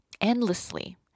endlessly